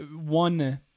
one